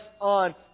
on